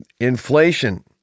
inflation